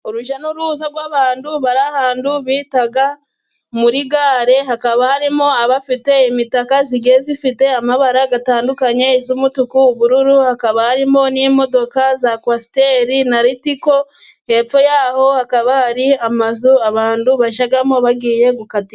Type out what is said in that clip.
Urujya n'uruza rw'abantu bari ahantu bita muri gare, hakaba harimo abafite imitaka igiye ifite amabara atandukanye, iy'umutuku, ubururu, hakaba harimo n'imodoka za kwasiteri na Ritiko, hepfo ya ho hakaba hari amazu abantu bajyamo bagiye gukatisha.